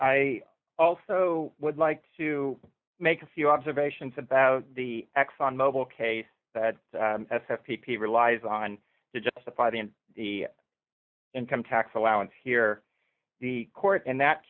i also would like to make a few observations about the exxon mobile case that s f p p relies on to justify the in the income tax allowance here the court in that